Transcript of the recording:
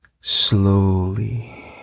slowly